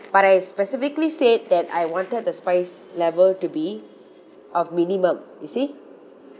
but I had specifically said that I wanted the spice level to be of minimum you see